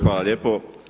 Hvala lijepo.